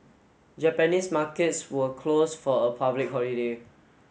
Japanese markets were closed for a public holiday